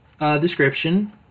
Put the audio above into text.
description